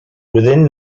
within